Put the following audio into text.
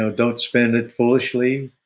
ah don't spend it foolishly.